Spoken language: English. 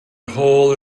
hole